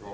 m.fl.